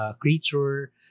creature